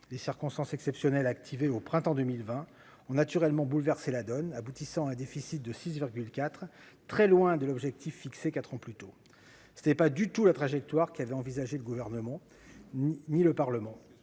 Les mesures exceptionnelles activées au printemps 2020 ont naturellement bouleversé la donne, aboutissant à un déficit de 6,4 %, très loin de l'objectif fixé quatre ans plus tôt. Ce n'est pas du tout la trajectoire qu'avait envisagée le Gouvernement, pas plus que le Parlement.